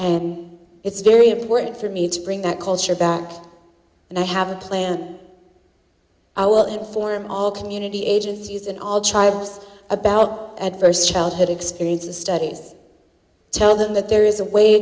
and it's very important for me to bring that culture back and i have a plan i will inform all community agencies and all childs about adverse childhood experiences studies tell them that there is a way